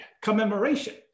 commemoration